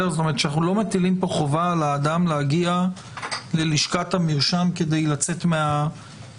שאנחנו לא מטילים פה חובה על האדם להגיע ללשכת המרשם כדי לצאת מההסדר.